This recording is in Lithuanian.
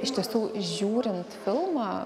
iš tiesų žiūrint filmą